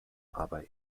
aber